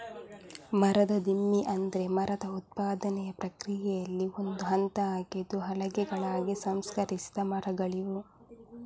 ಮರದ ದಿಮ್ಮಿ ಅಂದ್ರೆ ಮರದ ಉತ್ಪಾದನೆಯ ಪ್ರಕ್ರಿಯೆಯಲ್ಲಿ ಒಂದು ಹಂತ ಆಗಿದ್ದು ಹಲಗೆಗಳಾಗಿ ಸಂಸ್ಕರಿಸಿದ ಮರಗಳಿವು